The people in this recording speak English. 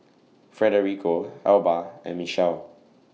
Federico Elba and Michele